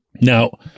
Now